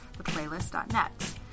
theplaylist.net